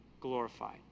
glorified